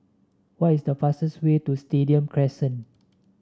what is the fastest way to Stadium Crescent